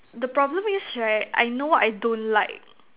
the problem is right I know what I don't like